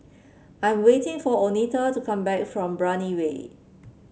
I am waiting for Oneta to come back from Brani Way